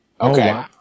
Okay